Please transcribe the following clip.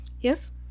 yes